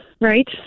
right